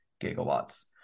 gigawatts